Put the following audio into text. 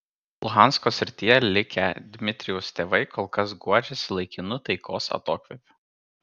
luhansko srityje likę dmitrijaus tėvai kol kas guodžiasi laikinu taikos atokvėpiu